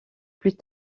plus